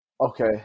Okay